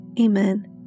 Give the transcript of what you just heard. Amen